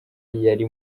yari